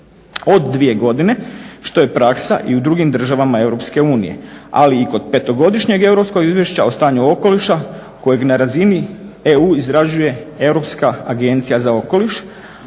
od dvije godine što je praksa i u drugim državama EU, ali i kod 5-godišnjeg europskog izvješća o stanju okoliša kojeg na razini EU izrađuje Europska